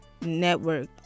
network